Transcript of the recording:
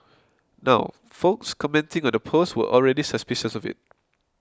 now folks commenting on the post were already suspicious of it